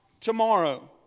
tomorrow